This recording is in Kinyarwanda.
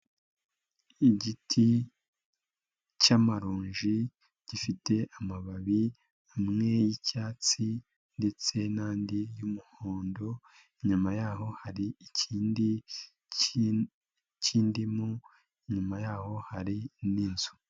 Igiti cy'amaronji, gifite amababi, amwe yicyatsi ndetse n'andi y'umuhondo inyuma yaho hari ikindi k'inindimu, inyuma yaho hari n'inzu.